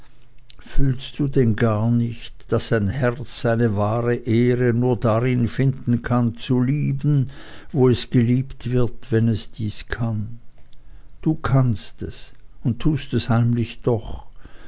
fühlst du denn gar nicht daß ein herz seine wahre ehre nur darin finden kann zu lieben wo es geliebt wird wenn es dies kann du kannst es und tust es heimlich doch